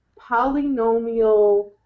polynomial